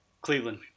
Cleveland